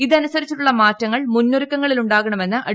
ഇതനുസരിച്ചുള്ള മാറ്റങ്ങൾ മുന്നൊരുക്കങ്ങളിൽ ഉണ്ടാകണമെന്ന് അഡ